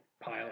pile